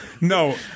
No